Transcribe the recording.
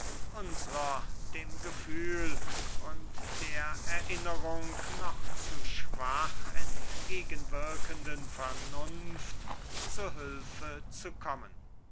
unsrer dem gefühl und der erinnerung noch zu schwach entgegen wirkenden vernunft zu hülfe zu kommen